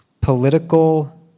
political